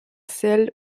celles